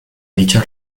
dicho